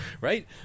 right